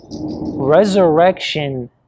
Resurrection